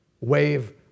wave